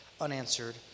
unanswered